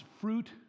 fruit